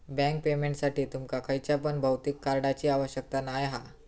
bank पेमेंटसाठी तुमका खयच्या पण भौतिक कार्डची आवश्यकता नाय हा